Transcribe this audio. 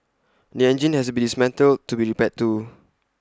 the engine has to be dismantled to be repaired too